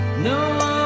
No